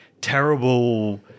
terrible